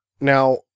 Now